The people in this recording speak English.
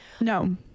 No